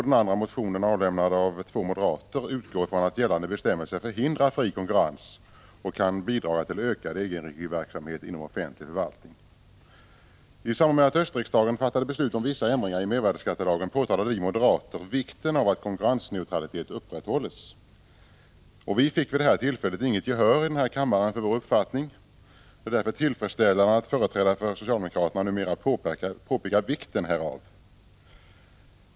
Den andra motionen, avlämnad av två moderater, utgår från att gällande bestämmelser förhindrar fri konkurrens och kan bidra till ökad egenregiverksamhet inom offentlig förvaltning. I samband med att riksdagen i höstas fattade beslut om vissa ändringar i mervärdeskattelagen påtalade vi moderater vikten av att konkurrensneutralitet upprätthålls. Vi fick vid detta tillfälle inget gehör i kammaren för vår uppfattning. Det är därför tillfredsställande att företrädare för socialdemokraterna numera påpekar vikten av konkurrensneutralitet.